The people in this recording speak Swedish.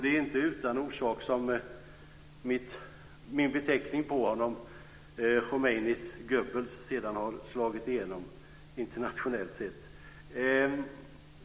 Det är inte utan orsak som min beteckning på honom, "Khomeinis Goebbels", senare har slagit igenom internationellt.